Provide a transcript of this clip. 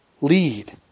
lead